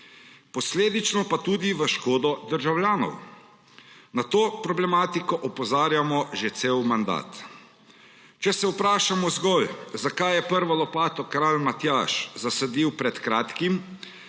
posledično pa tudi v škodo državljanov. Na to problematiko opozarjamo že cel mandat. Če se vprašamo zgolj, zakaj je prvo lopato kralj Matjaž zasadil pred kratkim